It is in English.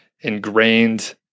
ingrained